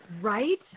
Right